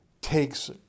takes